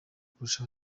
kurusha